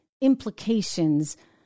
implications